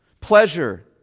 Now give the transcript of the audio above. pleasure